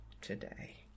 today